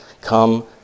Come